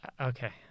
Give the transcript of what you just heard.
Okay